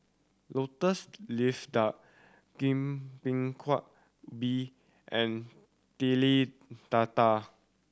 Lotus Leaf Duck bingka and Telur Dadah